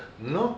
!hannor!